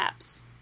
apps